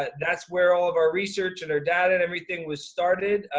ah that's where all of our research and our data and everything was started.